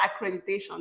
accreditation